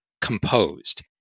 composed